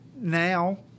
now